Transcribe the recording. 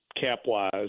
cap-wise